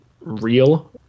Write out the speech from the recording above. real